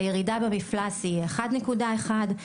הירידה במפלס היא 1.1,